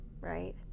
right